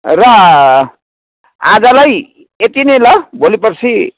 र आजलाई यति नै ल भोलि पर्सि